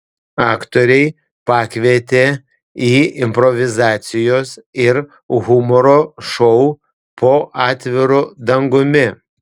aktoriai pakvietė į improvizacijos ir humoro šou po atviru dangumi